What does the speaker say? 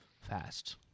fast